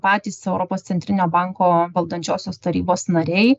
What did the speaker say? patys europos centrinio banko valdančiosios tarybos nariai